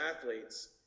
athletes